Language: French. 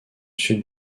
sud